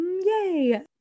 yay